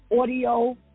audio